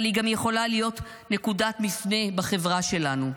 אבל היא גם יכולה להיות נקודת מפנה בחברה שלנו,